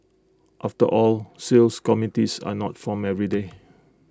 after all seals committees are not formed every day